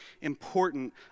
important